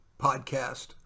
podcast